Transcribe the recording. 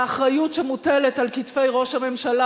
והאחריות שמוטלת על כתפי ראש הממשלה.